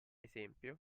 esempio